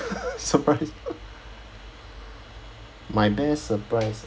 surprise my best surprise